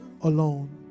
alone